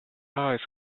ice